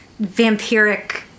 vampiric